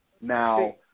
Now